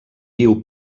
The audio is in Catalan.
viu